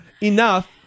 enough